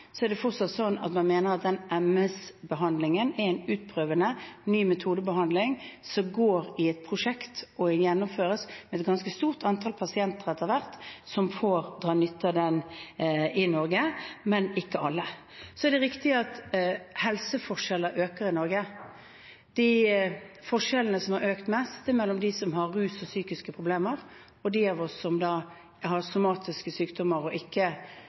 at man mener at den MS-behandlingen er en utprøvende, ny metodebehandling som foregår i et prosjekt og gjennomføres, og det er etter hvert et ganske stort antall pasienter som får dra nytte av den behandlingen i Norge, men ikke alle. Så er det riktig at helseforskjellene øker i Norge. De forskjellene som har økt mest, er mellom dem som har rus og psykiske problemer, og de av oss som har somatiske sykdommer og ikke